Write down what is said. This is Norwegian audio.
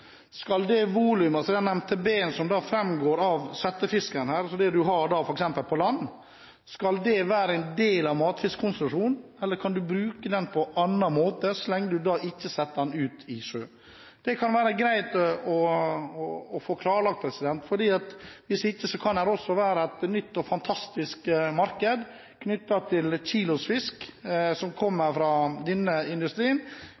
skal dette forstås? Skal det volumet, den MTB-en som framgår av settefisken her, altså det du har f.eks. på land, være en del av matfiskkonsesjonen, eller kan du bruke den på en annen måte så lenge du ikke setter den ut i sjøen? Det kan være greit å få klarlagt, for hvis ikke kan det også være et nytt og fantastisk marked knyttet til kilosfisk som kommer fra denne industrien,